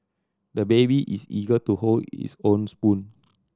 the baby is eager to hold his own spoon